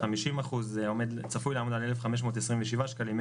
ש-50 אחוזים צפוי לעמוד על 1,527 שקלים,